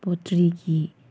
ꯄꯣꯇ꯭ꯔꯤꯒꯤ